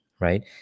Right